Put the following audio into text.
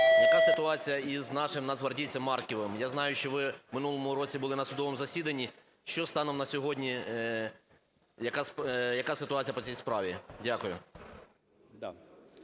яка ситуація із нашим нацгвардійцем Марківим. Я знаю, що ви в минулому році були на судовому засіданні. Що станом на сьогодні? Яка ситуація по цій справі? Дякую.